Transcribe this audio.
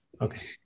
Okay